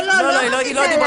לא אמרתי את זה עלייך.